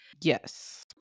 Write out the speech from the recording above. Yes